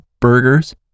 burgers